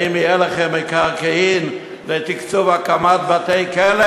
האם יהיו לכם מקרקעין לתקצוב הקמת בתי-כלא